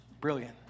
brilliant